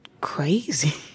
crazy